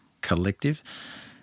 collective